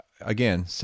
Again